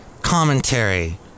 commentary